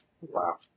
Wow